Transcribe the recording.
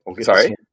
Sorry